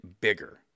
bigger